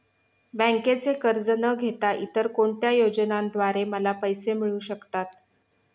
बँकेचे कर्ज न घेता इतर कोणत्या योजनांद्वारे मला पैसे मिळू शकतात?